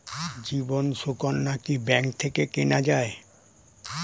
জীবন সুকন্যা কি ব্যাংক থেকে কেনা যায়?